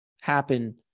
happen